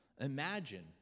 Imagine